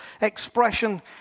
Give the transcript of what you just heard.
expression